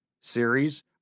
series